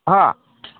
ꯍꯥ